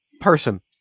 person